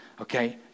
okay